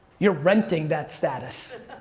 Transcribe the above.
you're renting that status.